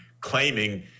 claiming